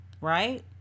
Right